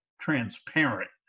transparent